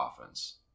offense